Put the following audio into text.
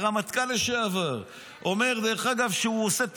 הרמטכ"ל לשעבר אומר שהוא עושה,